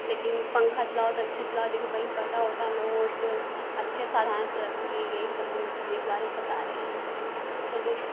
लेकिन पंखा चलाओ तो अच्छे से चलाओ देखो कहीं कटा वटा ना हो उसको अच्छे से सावधानी से रखें सब हम बिजली के बारे में बता रहे हैं चलिए ठीक है